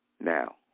Now